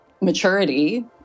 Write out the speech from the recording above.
maturity